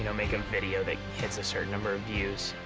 you know make a video that hits a certain number of views.